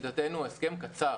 לשיטתנו הסכם קצר